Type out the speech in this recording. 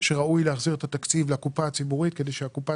שראוי להחזיר את התקציב לקופה הציבורית כדי שהקופה